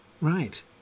Right